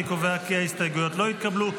אני קובע כי ההסתייגויות לא התקבלו.